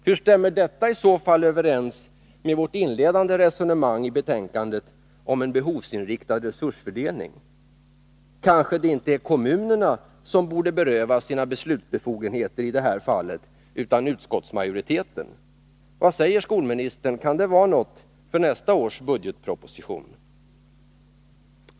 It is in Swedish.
Hur stämmer detta i så fall överens med vårt inledande resonemang i betänkandet om en behovsinriktad resursfördelning? Kanske det inte är kommunerna som borde berövas sina beslutsbefogenheter i det här fallet utan utskottsmajoriteten! Vad säger skolministern: Kan det vara något för nästa års budgetproposition?